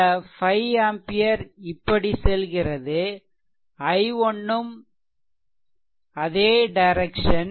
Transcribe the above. இந்த 5 ஆம்பியர் இப்படி செல்கிறது i1 ம் அதே டைரெக்சன்